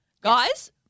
Guys